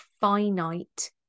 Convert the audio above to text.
finite